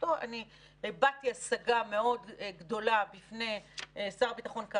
הבעתי השגה גדולה מאוד בפני שר הביטחון.